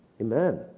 Amen